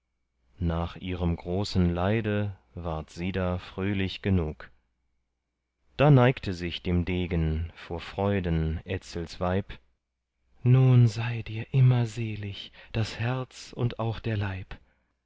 nach ihrem großen leide ward sie da fröhlich genug da neigte sich dem degen vor freuden etzels weib nun sei dir immer selig das herz und auch der leib